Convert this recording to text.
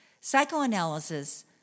psychoanalysis